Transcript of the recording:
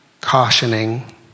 cautioning